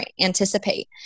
anticipate